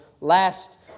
Last